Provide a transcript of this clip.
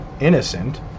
innocent